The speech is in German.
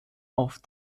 auf